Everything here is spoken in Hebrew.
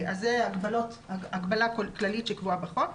זה הגבלה כללית שקבועה בחוק.